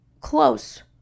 close